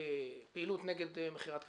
פעילות נגד מכירת קרקעות,